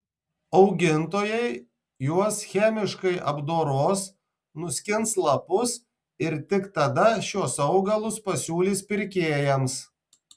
augintojai juos chemiškai apdoros nuskins lapus ir tik tada šiuos augalus pasiūlys pirkėjams